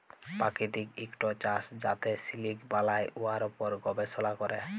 পাকিতিক ইকট চাষ যাতে সিলিক বালাই, উয়ার উপর গবেষলা ক্যরে